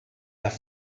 las